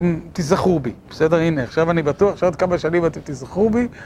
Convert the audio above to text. תיזכרו בי, בסדר? הנה, עכשיו אני בטוח, עכשיו שעוד כמה שנים אתם תיזכרו בי.